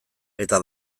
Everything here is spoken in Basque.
eta